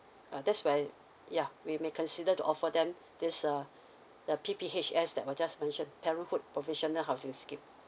uh that's when ya we may consider to offer them this uh the P_P_H_S that was just mention parenthood provisional housing scheme